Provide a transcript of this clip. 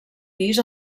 pis